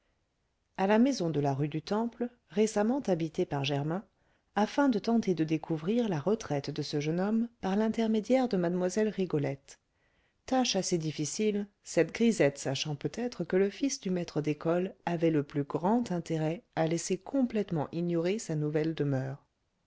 à la maison de la rue du temple récemment habitée par germain afin de tenter de découvrir la retraite de ce jeune homme par l'intermédiaire de mlle rigolette tâche assez difficile cette grisette sachant peut-être que le fils du maître d'école avait le plus grand intérêt à laisser complètement ignorer sa nouvelle demeure